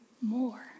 more